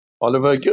Oliver